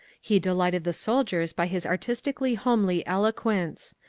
he delighted the soldiers by his artistically homely eloquence.